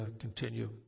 continue